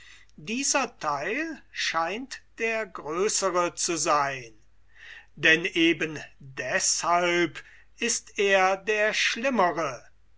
dieser theil scheint der größere zu sein denn eben deshalb ist er der schlimmere